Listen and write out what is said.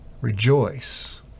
Rejoice